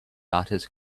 artist